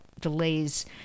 delays